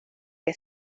que